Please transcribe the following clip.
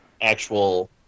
actual